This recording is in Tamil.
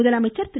முதலமைச்சர் திரு